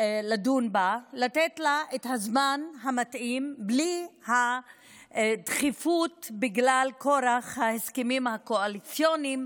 לתת לה את הזמן המתאים בלי הדחיפות בגלל כורח ההסכמים הקואליציוניים